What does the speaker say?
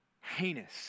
heinous